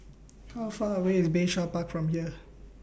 How Far away IS Bayshore Park from here